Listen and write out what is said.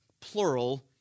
plural